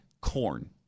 Corn